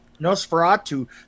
Nosferatu